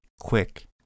quick